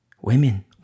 Women